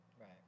right